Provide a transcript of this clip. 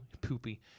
Poopy